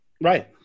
Right